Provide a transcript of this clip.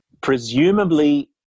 Presumably